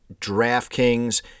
DraftKings